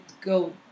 go